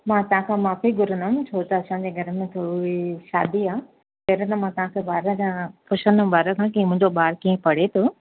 मां तव्हांखां माफ़ी घुरंदमि छो त असांजे घर में थोरो हे शादी आहे पहिरीं त मां तव्हांखे ॿारु खां पुछंदमि ॿारु खां कि मुंहिंजो ॿारु कीअं पढ़े थो